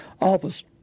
office